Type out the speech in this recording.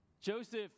Joseph